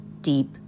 deep